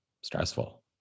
stressful